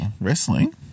Wrestling